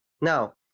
Now